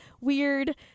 weird